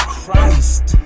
Christ